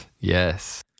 Yes